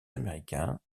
américains